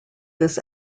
this